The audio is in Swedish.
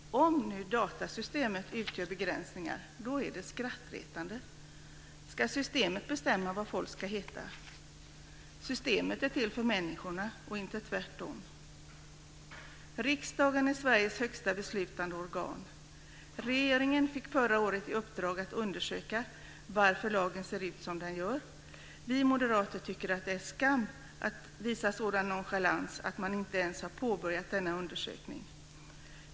Ska systemen bestämma vad folk ska heta? Systemen är till för människorna, inte tvärtom. Riksdagen är Sveriges högsta beslutande organ. Regeringen fick förra året i uppdrag att undersöka varför lagen ser ut som den gör.